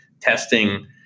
testing